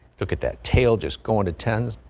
look at that tail just going to ten s.